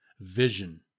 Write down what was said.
vision